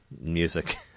music